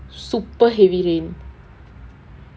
super heavy rain